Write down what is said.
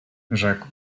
rzekł